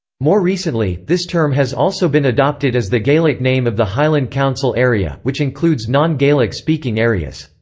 more recently, this term has also been adopted as the gaelic name of the highland council area, which includes non-gaelic speaking areas.